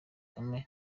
kagame